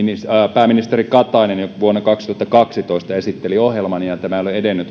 pääministeri katainen jo vuonna kaksituhattakaksitoista esitteli ohjelman ja tämä ei ole edennyt